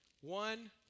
one